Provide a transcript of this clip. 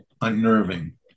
unnerving